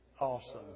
Awesome